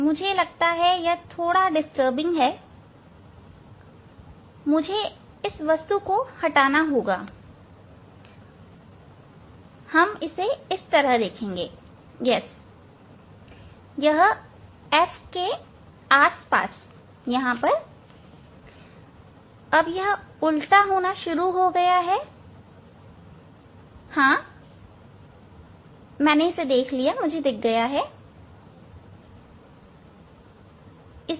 मुझे लगता है यह परेशान कर रहा है मुझे यह वस्तु हटानी होगी इस तरह हम इसे देखेंगे हां यह f के आस पास अब यह उल्टा होना शुरू हो गया है हाँ मुझे यह दिख गया मिल गया